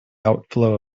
outflow